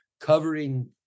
covering